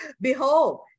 Behold